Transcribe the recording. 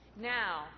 Now